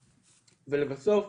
לבסוף,